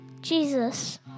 Jesus